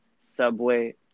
subway